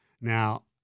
Now